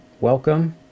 welcome